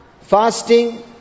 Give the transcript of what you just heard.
fasting